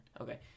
Okay